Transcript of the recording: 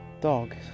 dog